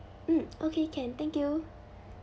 mm okay can thank you